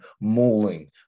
mauling